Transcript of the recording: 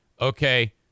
Okay